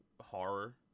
horror